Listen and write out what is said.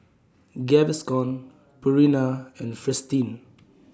Gaviscon Purina and Fristine